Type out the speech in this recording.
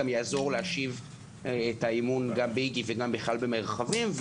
זה גם יעזור להשיב את האמון גם באיג"י וגם במרחבים בכלל.